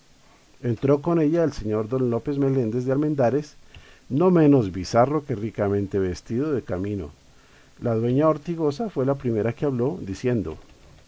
entró con ella el señor don lope meléndez de almendárez no menos bizarro que ricame nte vestido de camino la dueña hortigosa fue la primera que habló diciendo